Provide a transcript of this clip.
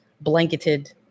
blanketed